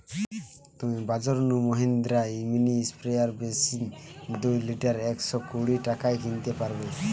তুমি বাজর নু মহিন্দ্রা মিনি স্প্রেয়ার মেশিন দুই লিটার একশ কুড়ি টাকায় কিনতে পারবে